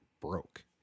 broke